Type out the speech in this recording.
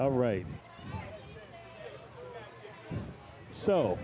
all right so